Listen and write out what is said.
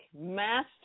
master